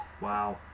Wow